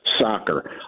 soccer